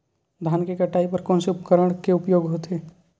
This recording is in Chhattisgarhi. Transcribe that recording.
धान के कटाई बर कोन से उपकरण के उपयोग होथे?